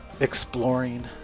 exploring